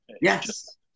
Yes